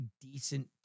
decent